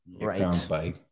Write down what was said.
right